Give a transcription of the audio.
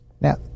Now